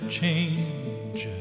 change